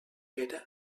per